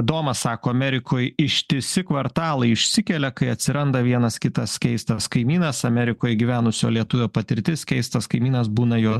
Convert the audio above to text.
domas sako amerikoj ištisi kvartalai išsikelia kai atsiranda vienas kitas keistas kaimynas amerikoj gyvenusio lietuvio patirtis keistas kaimynas būna juo